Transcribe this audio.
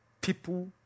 people